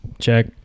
check